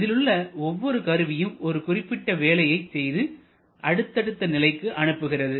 இதிலுள்ள ஒவ்வொரு கருவியும் ஒரு குறிப்பிட்ட வேலையை செய்து அடுத்தடுத்த நிலைக்கு அனுப்புகிறது